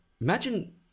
Imagine